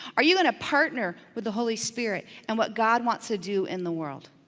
are you gonna partner with the holy spirit and what god wants to do in the world?